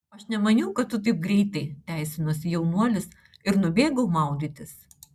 aš nemaniau kad tu taip greitai teisinosi jaunuolis ir nubėgau maudytis